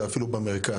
זה אפילו במרכז,